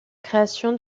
création